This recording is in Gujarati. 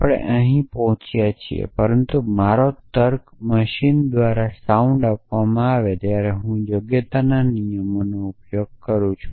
આપણે અત્યારે અહી પોહચ્યા છીએ પરંતુ મારો તર્ક મશીન દ્વારા સાઉન્ડ આપવામાં આવે ત્યારે હું યોગ્યતાના નિયમોનો ઉપયોગ કરું છું